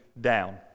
down